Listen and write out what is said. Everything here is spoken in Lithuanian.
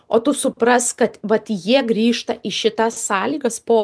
o tu suprask kad vat jie grįžta į šitą sąlygas po